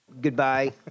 Goodbye